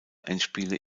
endspiele